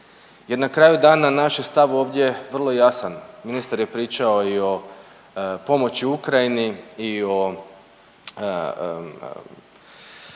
jer na kraju dana naš je stav ovdje vrlo jasan, ministar je pričao i o pomoći Ukrajini i o